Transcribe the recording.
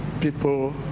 people